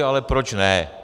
Ale proč ne.